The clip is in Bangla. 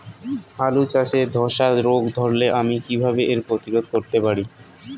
আলু চাষে ধসা রোগ ধরলে আমি কীভাবে এর প্রতিরোধ করতে পারি?